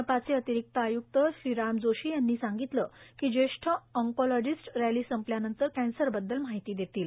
मनपाचे अतिरिक्त आयुक्त श्रीराम जोशी यांनी सांगितले की ज्येष्ठ ओंकॉलीजिस्ट रॅली संपल्यानंतर कॅन्सर बद्दल माहिती देतील